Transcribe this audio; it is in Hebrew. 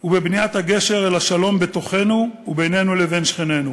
ובבניית הגשר לשלום בתוכנו ובינינו לבין שכנינו.